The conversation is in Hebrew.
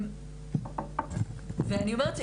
אני אומרת,